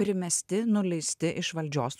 primesti nuleisti iš valdžios